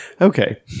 Okay